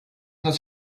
not